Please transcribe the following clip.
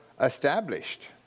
established